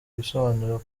ibisobanuro